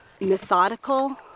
methodical